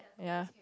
ya